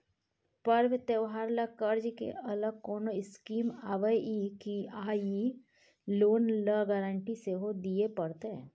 पर्व त्योहार ल कर्ज के अलग कोनो स्कीम आबै इ की आ इ लोन ल गारंटी सेहो दिए परतै?